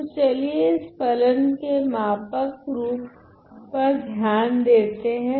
तो चलिए इस फलन के मापक रूप पर ध्यान देते हैं